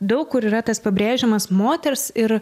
daug kur yra tas pabrėžiamas moters ir